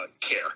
care